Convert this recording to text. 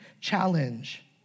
challenge